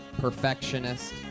Perfectionist